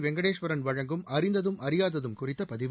வெங்கடேஸ்வரன் வழங்கும் அறிந்ததும் அறியாததும் குறித்த பதிவு